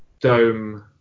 dome